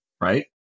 right